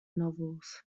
novels